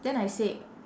then I say